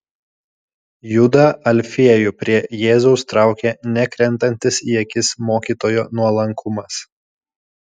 judą alfiejų prie jėzaus traukė nekrentantis į akis mokytojo nuolankumas